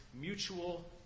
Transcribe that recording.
mutual